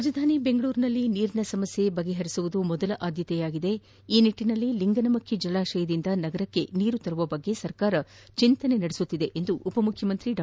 ರಾಜಧಾನಿ ಬೆಂಗಳೂರಿನಲ್ಲಿ ನೀರಿನ ಸಮಸ್ಯೆ ಪರಿಹರಿಸುವುದು ಮೊದಲ ಆದ್ಯತೆಯಾಗಿದ್ದು ಈ ನಿಟ್ಟಿನಲ್ಲಿ ಲಿಂಗನಮಕ್ಕಿ ಜಲಾಶಯದಿಂದ ನಗರಕ್ಕೆ ನೀರು ತರುವ ಬಗ್ಗೆ ಸರ್ಕಾರ ಚೆಂತನೆ ನಡೆಸುತ್ತಿದೆ ಎಂದು ಉಪಮುಖ್ಯಮಂತ್ರಿ ಡಾ